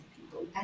people